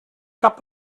cap